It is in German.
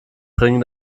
bringe